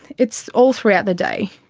it's all throughout the day.